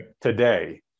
today